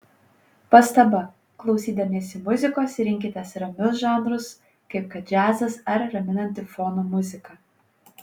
pastaba klausydamiesi muzikos rinkitės ramius žanrus kaip kad džiazas ar raminanti fono muzika